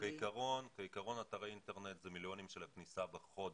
בעיקרון אתרי אינטרנט זה מיליוני כניסות בחודש,